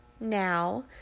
now